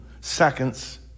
seconds